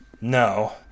No